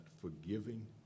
forgiving